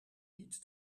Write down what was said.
niet